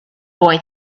boy